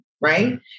right